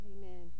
Amen